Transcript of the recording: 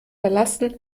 verlassen